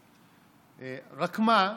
רק מה?